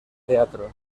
teatro